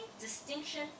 distinction